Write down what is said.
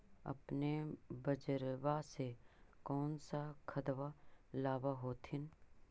अपने बजरबा से कौन सा खदबा लाब होत्थिन?